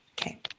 Okay